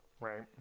Right